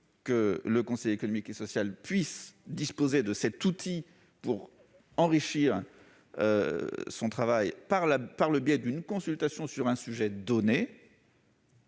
qu'il me semble utile que le CESE puisse disposer de cet outil pour enrichir son travail par le biais d'une consultation sur un sujet donné.